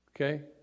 okay